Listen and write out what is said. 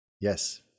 Yes